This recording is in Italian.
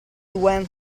due